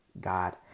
God